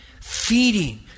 feeding